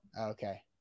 okay